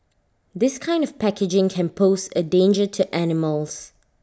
this kind of packaging can pose A danger to animals